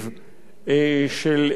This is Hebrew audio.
של אירופה,